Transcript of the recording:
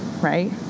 right